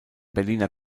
berliner